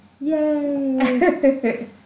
Yay